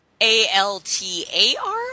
A-L-T-A-R